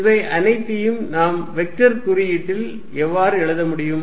இவை அனைத்தையும் நாம் வெக்டர் குறியீட்டில் எவ்வாறு எழுத முடியும்